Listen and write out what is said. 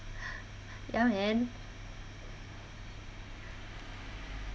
ya man